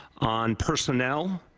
on personnel,